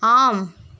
ஆம்